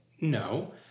No